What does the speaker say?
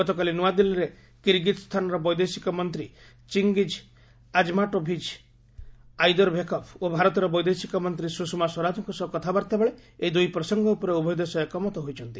ଗତକାଲି ନ୍ତଆଦିଲ୍ଲୀରେ କିରଗୀଜ୍ସ୍ତାନର ବୈଦେଶିକ ମନ୍ତ୍ରୀ ଚିଙ୍ଗିକ୍ ଆଜ୍ମାଟୋଭିଜ୍ ଆଇଦର୍ବେକଭ୍ ଓ ଭାରତର ବୈଦେଶିକ ମନ୍ତ୍ରୀ ସୁଷମା ସ୍ୱରାଜଙ୍କ ସହ କଥାବାର୍ତ୍ତାବେଳେ ଏହି ଦୁଇ ପ୍ରସଙ୍ଗ ଉପରେ ଉଭୟ ଦେଶ ଏକମତ ହୋଇଛନ୍ତି